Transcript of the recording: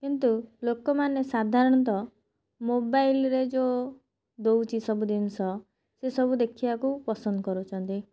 କିନ୍ତୁ ଲୋକମାନେ ସାଧାରଣତଃ ମୋବାଇଲ୍ରେ ଯେଉଁ ଦେଉଛି ସବୁ ଜିନିଷ ସେ ସବୁ ଦେଖିବାକୁ ପସନ୍ଦ କରୁଛନ୍ତି